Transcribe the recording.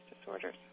disorders